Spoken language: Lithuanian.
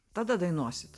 tada dainuosit